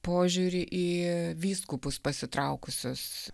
požiūrį į vyskupus pasitraukusius